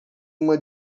uma